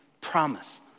Promise